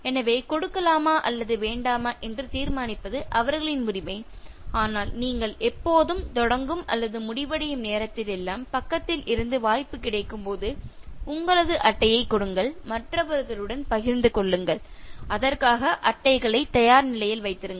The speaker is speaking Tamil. எனவே கொடுக்கலாமா அல்லது வேண்டாமா என்று தீர்மானிப்பது அவர்களின் உரிமை ஆனால் நீங்கள் எப்போதும் தொடங்கும் அல்லது முடிவடையும் நேரத்திலெல்லாம் பக்கத்தில் இருந்து வாய்ப்பு கிடைக்கும்போது உங்களது அட்டையை கொடுங்கள் மற்றவர்களுடன் பகிர்ந்து கொள்ளுங்கள் அதற்காக அட்டைகளை தயார் நிலையில் வைத்திருங்கள்